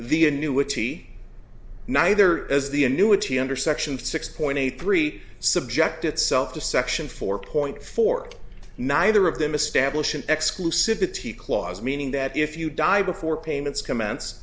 the annuity neither is the annuity under section six point eight three subject itself to section four point four neither of them establish an exclusivity clause meaning that if you die before payments comm